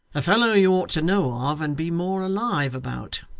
a fellow you ought to know of and be more alive about.